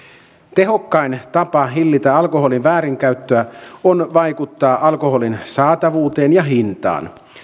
tehokkain tapa hillitä alkoholin väärinkäyttöä on vaikuttaa alkoholin saatavuuteen ja hintaan